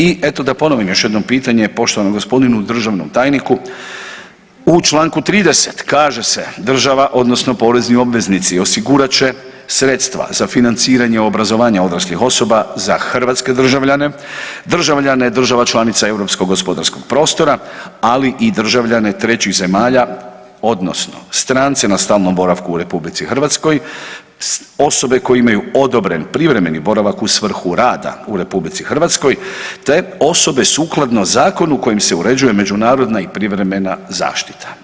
I eto da ponovim još jednom pitanje poštovanom g. državnom tajniku, u čl. 30. kaže se, država odnosno porezni obveznici osigurat će sredstva za financiranje obrazovanja odraslih osoba za hrvatske državljane, državljane država članica europskog gospodarskog prostora, ali i državljane trećih zemalja odnosno strance na stalnom boravku u RH, osobe koje imaju odobren privremeni boravak u svrhu rada u RH, te osobe sukladno zakonu kojim se uređuje međunarodna i privremena zaštita.